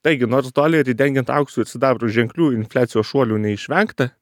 taigi nors dolerį dengiant auksu ir sidabru ženklelių infliacijos šuolių neišvengta